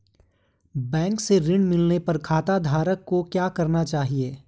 Bank से ऋण मिलने पर खाताधारक को क्या करना चाहिए?